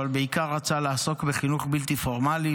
אבל בעיקר רצה לעסוק בחינוך בלתי פורמלי,